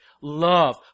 love